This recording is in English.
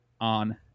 on